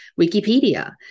Wikipedia